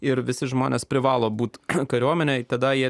ir visi žmonės privalo būti kariuomenėje tada jie